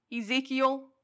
Ezekiel